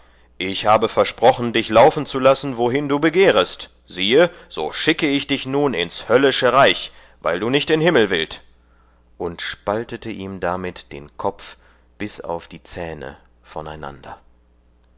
ich habe versprochen dich laufen zu lassen wohin du begehrest siehe so schicke ich dich nun ins höllische reich weil du nicht in himmel wilt und spaltete ihm damit den kopf bis auf die zähne voneinander